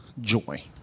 joy